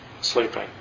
sleeping